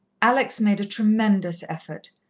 alex made a tremendous effort.